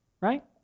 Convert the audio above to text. Right